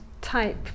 type